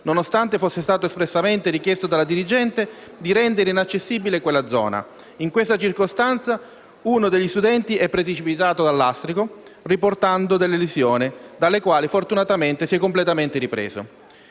nonostante fosse stato espressamente richiesto dalla dirigente di rendere inaccessibile quella zona. In questa circostanza uno degli studenti è precipitato dal lastrico, riportando lesioni dalle quali, fortunatamente, si è completamente ripreso.